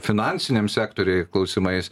finansiniam sektoriui klausimais